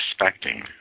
expecting